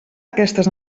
aquestes